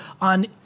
on